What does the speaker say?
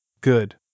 Good